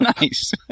Nice